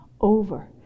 over